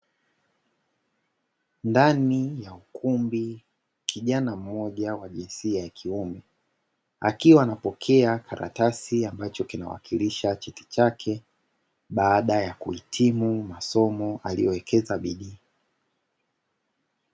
Ndani ya ukumbi kijani mmoja wa jinsia ya kiume, akiwa anapokea karatasi ambacho kinawakilisha cheti chake, baada ya kuhitimu masomo aliyowekeza bidii.